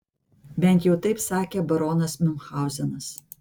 bent jau taip sakė baronas miunchauzenas